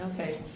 Okay